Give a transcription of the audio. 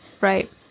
Right